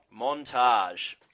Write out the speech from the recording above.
montage